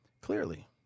clearly